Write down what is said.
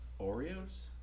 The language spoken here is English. Oreos